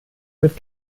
mit